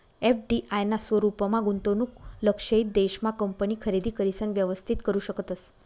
FDI ना स्वरूपमा गुंतवणूक लक्षयित देश मा कंपनी खरेदी करिसन व्यवस्थित करू शकतस